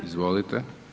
Izvolite.